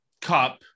Cup